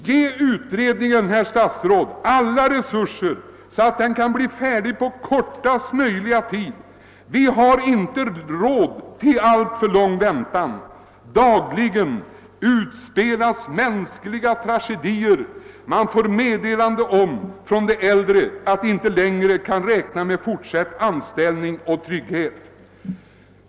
Ge utredningen, herr statsråd, alla resurser så att den kan bli färdig på kortast möjliga tid! Vi har inte råd till alltför lång väntan. Dagligen utspelas mänskliga tragedier, då äldre anställda får meddelande om att de inte längre kan räkna med fortsatt anställning och trygghet.